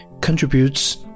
contributes